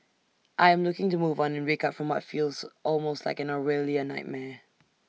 I am looking to move on and wake up from my feels almost like an Orwellian nightmare